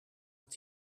het